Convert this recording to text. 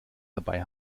dabei